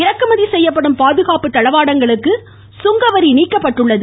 இறக்குமதி செய்யப்படும் பாதுகாப்பு தளவாடங்களுக்கு சுங்கவரி நீக்கப்பட்டுள்ளது